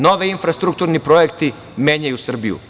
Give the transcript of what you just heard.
Novi infrastrukturni projekti menjaju Srbiju.